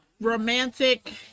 romantic